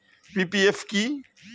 PPF কি?